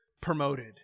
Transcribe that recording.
promoted